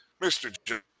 Mr